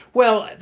well, and